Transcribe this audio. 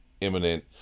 imminent